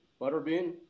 Butterbean